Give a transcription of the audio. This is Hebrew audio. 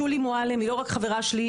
שולי מועלם היא לא רק חברה שלי.